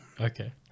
Okay